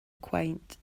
quaint